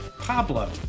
Pablo